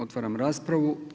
Otvaram raspravu.